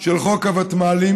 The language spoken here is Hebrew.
של חוק הוותמ"לים,